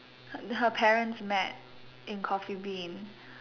her her parents met in coffee bean